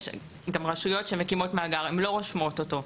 רשויות שמקימות מאגר לא רושמות אותו.